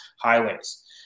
highways